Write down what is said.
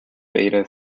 beta